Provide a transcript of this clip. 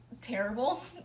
terrible